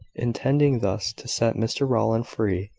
intending thus to set mr rowland free,